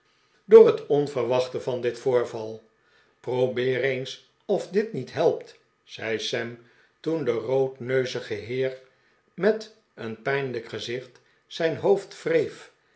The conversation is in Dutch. vermaken eindelijk onverwachte van dit yoorval probeer eens of dit niet helpt zei sam toen de roodneuzige heer met een pijnlijk gezicht zijn hoofd wreef